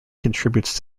contributes